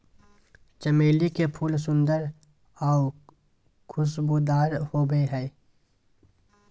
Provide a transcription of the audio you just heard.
चमेली के फूल सुंदर आऊ खुशबूदार होबो हइ